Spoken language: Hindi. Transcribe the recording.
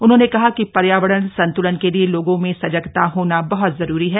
उन्होंने कहा कि पर्यावरण संत्लन के लिए लोगों में सजगता होना बहत जरूरी है